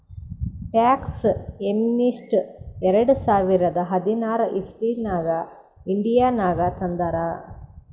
tax amnesty ಎರಡ ಸಾವಿರದ ಹದಿನಾರ್ ಇಸವಿನಾಗ್ ಇಂಡಿಯಾನಾಗ್ ತಂದಾರ್